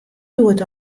hjoed